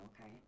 okay